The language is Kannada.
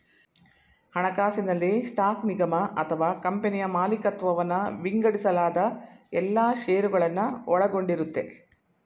ಹಣಕಾಸಿನಲ್ಲಿ ಸ್ಟಾಕ್ ನಿಗಮ ಅಥವಾ ಕಂಪನಿಯ ಮಾಲಿಕತ್ವವನ್ನ ವಿಂಗಡಿಸಲಾದ ಎಲ್ಲಾ ಶೇರುಗಳನ್ನ ಒಳಗೊಂಡಿರುತ್ತೆ